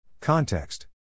Context